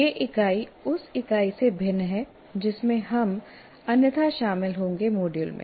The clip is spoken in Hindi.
यह इकाई उस इकाई से भिन्न है जिसमें हम अन्यथा शामिल होंगे मॉड्यूल में